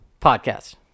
Podcast